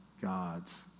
God's